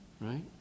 Right